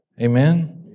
Amen